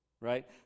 right